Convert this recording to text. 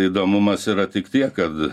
įdomumas yra tik tiek kad